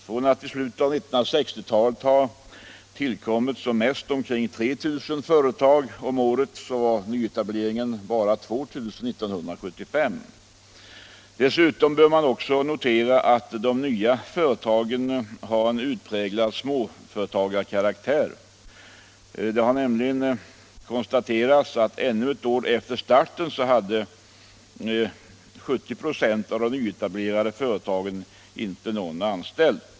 Från att i slutet av 1960-talet ha tillkommit som mest omkring 3 000 företag per år var nyetableringarna bara 2 000 år 1975. Dessutom bör också noteras att de nya företagen har en utpräglad småföretagarkaraktär. Det har nämligen konstaterats att ännu ett år efter starten hadé 70 96 av de nyetablerade företagen inte någon anställd.